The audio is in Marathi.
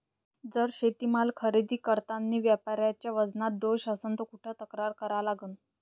जर शेतीमाल खरेदी करतांनी व्यापाऱ्याच्या वजनात दोष असन त कुठ तक्रार करा लागन?